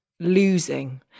losing